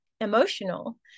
emotional